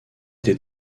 été